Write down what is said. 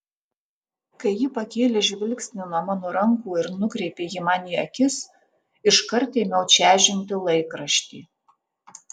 kai ji pakėlė žvilgsnį nuo mano rankų ir nukreipė jį man į akis iškart ėmiau čežinti laikraštį